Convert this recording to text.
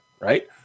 right